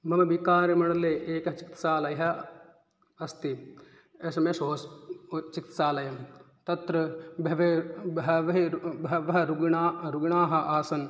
मम बिहारमण्डले एकः चिकित्सालयः अस्ति एस् एम् एस् हास् चिकित्सालयं तत्र बहवः बहवः बह्व्यः रुग्णाः रुग्णाः आसन्